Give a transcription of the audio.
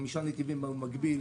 חמישה נתיבים במקביל.